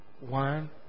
One